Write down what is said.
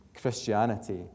Christianity